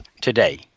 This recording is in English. today